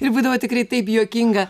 ir būdavo tikrai taip juokinga